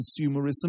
consumerism